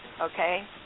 okay